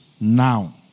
now